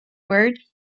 word